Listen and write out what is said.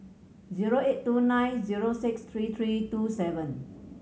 zero eight two nine zero six three three two seven